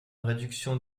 réduction